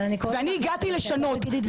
ואני הגעתי לשנות,